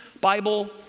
Bible